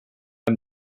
and